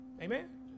amen